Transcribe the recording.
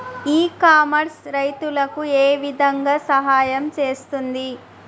ఇ commerce రైతులకు ఏ విధంగా సహాయం చేస్తుంది?